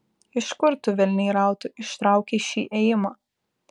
iš kur tu velniai rautų ištraukei šį ėjimą